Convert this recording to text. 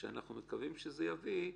שאנחנו מקווים שזה יביא.